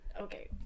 Okay